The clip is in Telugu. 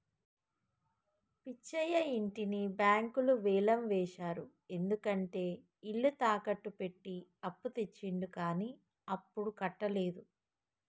పిచ్చయ్య ఇంటిని బ్యాంకులు వేలం వేశారు ఎందుకంటే ఇల్లు తాకట్టు పెట్టి అప్పు తెచ్చిండు కానీ అప్పుడు కట్టలేదు